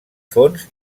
fons